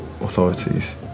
authorities